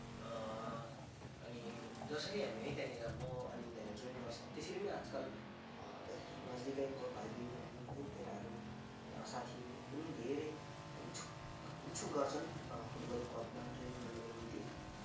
अनि जसरी हामी है त्यहाँनिर म अनि त्यहाँनिर जोइन गर्छौँ त्यसरी नै आजकल नजदिकैको भाइ बहिनीहरू है केटाहरू साथीहरू पनि धेरै इच्छुक इच्छुक गर्छन् फुटबल क्लबमा जोइन गर्नको निम्ति